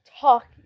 Talk